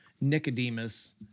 Nicodemus